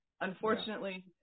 Unfortunately